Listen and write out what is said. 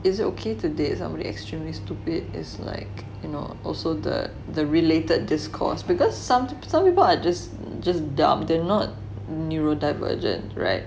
is it okay to date somebody extremely stupid is like you know also the the related discourse because some some people are just just dumb they're not neuro divergent [right]